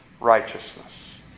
righteousness